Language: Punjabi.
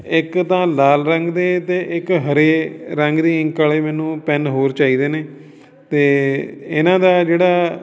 ਇੱਕ ਤਾਂ ਲਾਲ ਰੰਗ ਦੇ ਅਤੇ ਇੱਕ ਹਰੇ ਰੰਗ ਦੀ ਇੰਕ ਵਾਲੇ ਮੈਨੂੰ ਪੈੱਨ ਹੋਰ ਚਾਹੀਦੇ ਨੇ ਅਤੇ ਇਹਨਾਂ ਦਾ ਜਿਹੜਾ